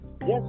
yes